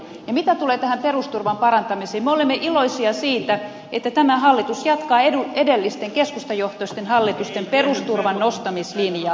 mitä tulee tähän perusturvan parantamiseen me olemme iloisia siitä että tämä hallitus jatkaa edellisten keskustajohtoisten hallitusten perusturvan nostamislinjaa